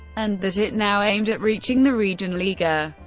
and that it now aimed at reaching the regionalliga.